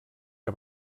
que